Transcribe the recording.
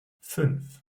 fünf